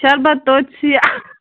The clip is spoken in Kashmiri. شَربَت توٚتہِ سِیاہ